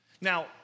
Now